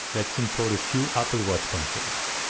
let's import a few apple watch controls.